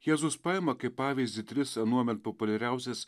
jėzus paima kaip pavyzdį tris anuomet populiariausias